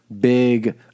big